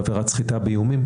בעבירת סחיטה באיומים,